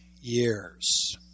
years